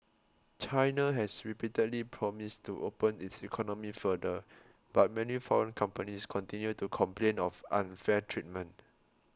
china has repeatedly promised to open its economy further but many foreign companies continue to complain of unfair treatment